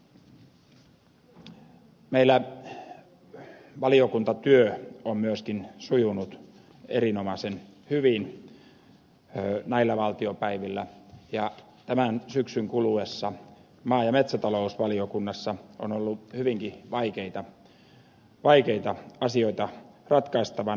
meillä valiokuntatyö on myöskin sujunut erinomaisen hyvin näillä valtiopäivillä ja tämän syksyn kuluessa maa ja metsätalousvaliokunnassa on ollut hyvinkin vaikeita asioita ratkaistavana